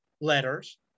letters